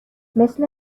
مثل